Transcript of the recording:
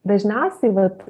dažniausiai vat